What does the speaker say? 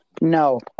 No